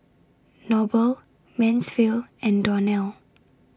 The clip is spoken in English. Noble Mansfield and Donnell